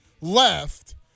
left